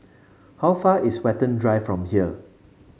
how far is Watten Drive from here